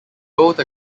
wrote